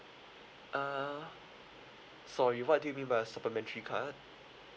uh sorry what do you mean by a supplementary card